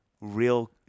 Real